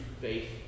faith